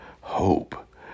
hope